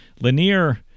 Lanier